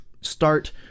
start